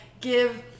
give